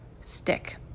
stick